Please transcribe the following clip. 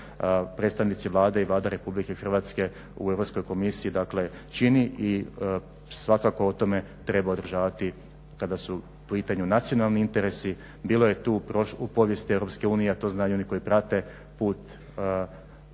predstavnici Vlade i Vlada RH u Europskoj komisiji čini i svakako o tome treba održavati kada su u pitanju nacionalni interesi bilo je tu u povijesti EU, a to znaju oni koji prate put